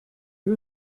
you